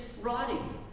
rotting